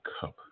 cup